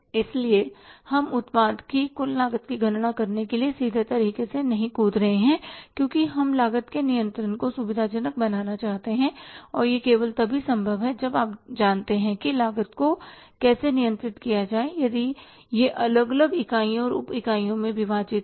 इसलिए हम उत्पाद की कुल लागत की गणना करने के लिए सीधे तरीके से नहीं कूद रहे हैं क्योंकि हम लागत के नियंत्रण को सुविधाजनक बनाना चाहते हैं और यह केवल तभी संभव है जब आप जानते हैं कि लागत को कैसे नियंत्रित किया जाए यदि यह अलग अलग इकाइयों और उपइकाइयों में विभाजित है